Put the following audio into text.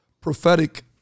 prophetic